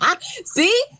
See